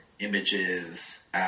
images